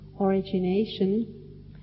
origination